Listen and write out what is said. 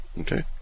Okay